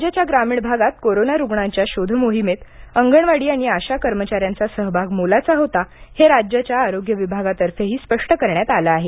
राज्याच्या ग्रामीण भागात कोरोना रुग्णाच्या शोधमोहिमेत अंगणवाडी आणि आशा कर्मचाऱ्यांचा सहभाग मोलाचा होता हे राज्याच्या आरोग्य विभागातर्फेही स्पष्ट करण्यात आलं आहे